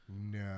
No